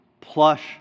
plush